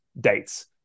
dates